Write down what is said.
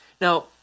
Now